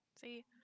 see